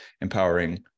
empowering